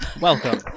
Welcome